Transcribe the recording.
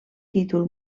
títol